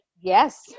yes